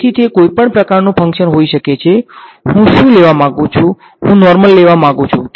તેથી તે કોઈ પણ પ્રકારનું ફંકશન હોઈ શકે છે અને હુ શુ લેવા માગુ છુ હુ નોર્મલ લેવા માંગુ છું